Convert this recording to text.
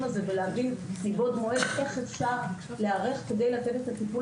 הזה ולהבין מבעוד מועד איך אפשר להיערך כדי לתת את הטיפול